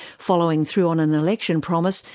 following through on an election promise,